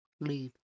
Leave